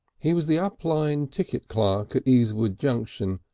he was the up-line ticket clerk at easewood junction,